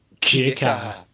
Kicker